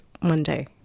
Monday